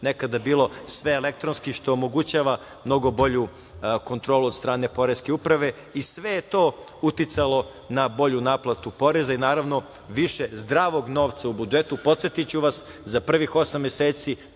nekada bilo, sve je elektronski što omogućava mnogo bolju kontrolu od strane poreske uprave. Sve je to uticalo na bolju naplatu poreza i naravno više zdravog novca u budžetu. Podsetiću vas za prvih osam meseci